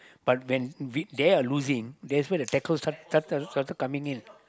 but when we they are losing that's where the tackle started started coming in